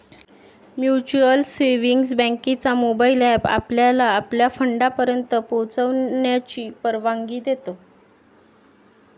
mutual savings बँकेचा mobile app आपल्याला आपल्या फंडापर्यंत पोहोचण्याची परवानगी देतो